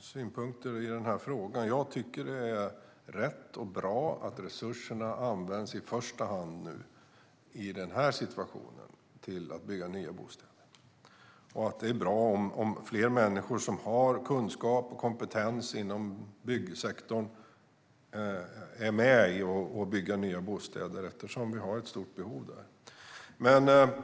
synpunkter i den här frågan. Jag tycker att det är rätt och bra att resurserna i den här situationen i första hand används till att bygga nya bostäder och att det är bra om fler människor som har kompetens inom byggsektorn är med och bygger nya bostäder eftersom vi har ett stort behov av det.